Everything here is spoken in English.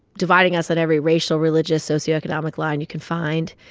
dividing us at every racial, religious, socioeconomic line you can find.